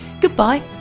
goodbye